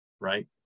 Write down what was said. right